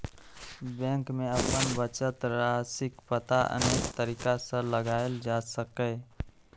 bank मे अपन बचत राशिक पता अनेक तरीका सं लगाएल जा सकैए